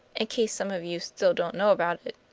in case some of you still don't know about it.